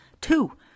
Two